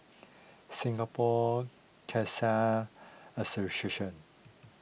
Singapore Khalsa Association